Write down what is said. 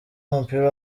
w’umupira